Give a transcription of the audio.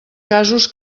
casos